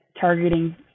targeting